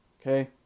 Okay